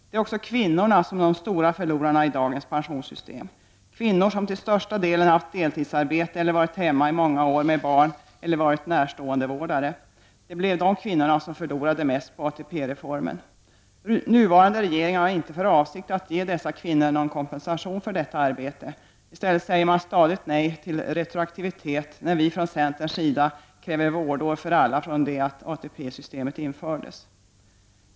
Det är också kvinnorna som är de stora förlorarna i dagens pensionssy stem. Kvinnor som till största delen haft deltidsarbete eller varit hemma i många år med barn eller varit närståendevårdare — det blev de kvinnorna som förlorade mest på ATP-reformen. Nuvarande regering har inte för avsikt att ge dessa kvinnor någon kompensation för detta arbete. I stället säger man stadigt nej till retroaktivitet när vi från centerns sida kräver vårdår för alla från det att ATP-systemet infördes.